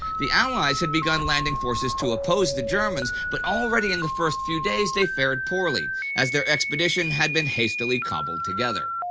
the allies had begun landing forces to oppose the germans, but already in the first few days they fared poorly, as their expedition had been hastily cobbled together.